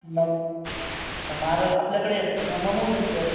मग ए म्हारं आपल्याकडे येतात नं मग मोदक कर